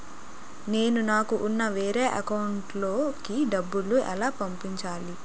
నేను నాకు ఉన్న వేరే అకౌంట్ లో కి డబ్బులు ఎలా పంపించాలి?